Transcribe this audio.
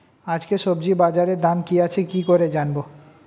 আজকে সবজি বাজারে দাম কি আছে কি করে জানবো?